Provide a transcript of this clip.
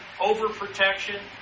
Overprotection